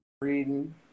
reading